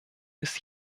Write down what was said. ist